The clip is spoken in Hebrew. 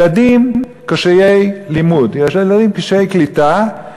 ילדים קשי לימוד, ילדים קשי קליטה,